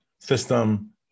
System